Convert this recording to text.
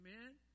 Amen